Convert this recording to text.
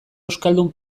euskaldun